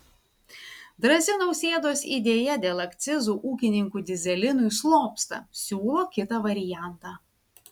drąsi nausėdos idėja dėl akcizų ūkininkų dyzelinui slopsta siūlo kitą variantą